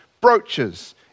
brooches